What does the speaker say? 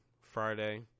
Friday